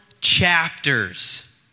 chapters